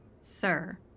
sir